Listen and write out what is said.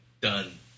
done